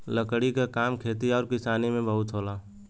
लकड़ी क काम खेती आउर किसानी में बहुत होला